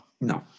No